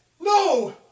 No